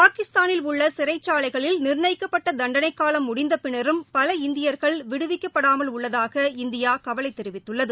பாகிஸ்தானில் உள்ளசிறைச்சாலைகளில் நிர்ணயிக்கப்பட்டதண்டனைக் காலம் முடிந்தபின்னரும் பல இந்தியர்கள் விடுவிக்கப்படாமல் உள்ளதாக இந்தியாகவலைதெரிவித்துள்ளது